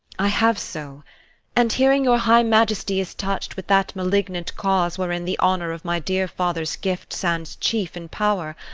i have so and, hearing your high majesty is touch'd with that malignant cause wherein the honour of my dear father's gift stands chief in power,